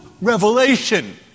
revelation